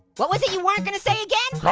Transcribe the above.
what was it you weren't gonna say again?